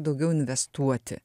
daugiau investuoti